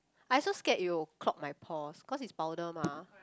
I also scared it will clog my pores cause it's powder mah